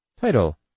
Title